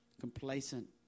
complacent